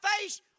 face